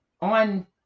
on